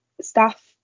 staff